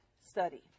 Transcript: study